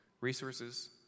Resources